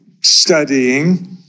studying